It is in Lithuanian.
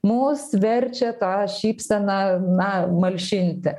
mus verčia tą šypseną na malšinti